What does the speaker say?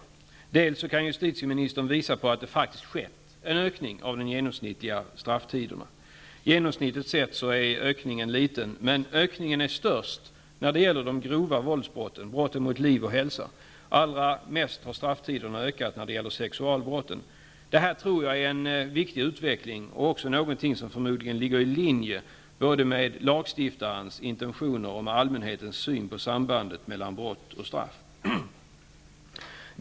Justitieministern kan för det första visa på att det faktiskt skett en ökning av den genomsnittliga strafftiden. Genomsnittligt sett är ökningen liten. Men ökningen är störst när det gäller de grova våldsbrotten, brotten mot liv och hälsa. Allra mest har strafftiden ökat när det gäller sexualbrotten. Det här tror jag är en viktig utveckling. Det är förmodligen också någonting som ligger i linje med både med lagstiftarens intentioner och allmänhetens syn på sambandet mellan brott och straff.